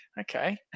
okay